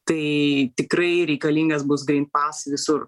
tai tikrai reikalingas bus grynpas visur